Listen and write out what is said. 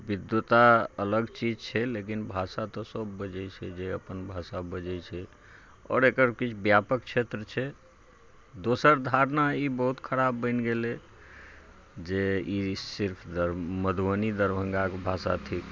विद्वता अलग चीज छै लेकिन भाषा तऽ सब बजै छै जे अपन भाषा बजै छै आओर एकर किछु व्यापक क्षेत्र छै दोसर धारणा ई बहुत खराब बनि गेलै जे इ सिर्फ दर मधुबनी दरभंगा के भाषा थिक